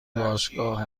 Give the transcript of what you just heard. باشگاه